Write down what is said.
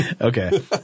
Okay